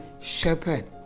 shepherd